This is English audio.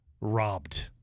robbed